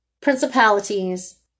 principalities